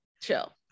chill